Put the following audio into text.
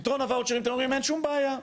פתרון הוואוצ'רים, אתם אומרים, אין שום בעיה.